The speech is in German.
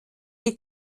die